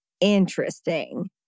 interesting